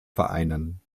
vereinen